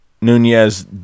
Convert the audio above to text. Nunez